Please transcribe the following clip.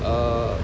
err